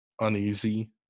uneasy